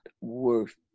worth